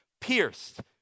pierced